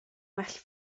well